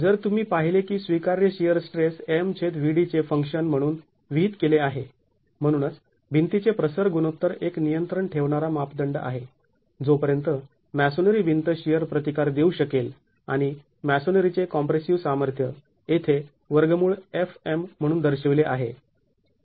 जर तुम्ही पाहिले की स्वीकार्य शिअर स्ट्रेस MVd चे फंक्शन म्हणून विहित केले आहे म्हणूनच भिंतीचे प्रसर गुणोत्तर एक नियंत्रण ठेवणारा मापदंड आहे जोपर्यंत मॅसोनरी भिंत शिअर प्रतिकार देऊ शकेल आणि मॅसोनरीचे कॉम्प्रेसिव सामर्थ्य येथे म्हणून दर्शविले आहे